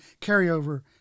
carryover